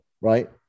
right